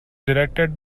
directed